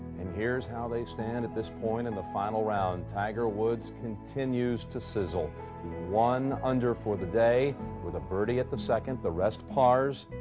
and here is how they stand at this point in the final round tiger woods continues to sizzle one under for the day with a birdie at the second, the rest pars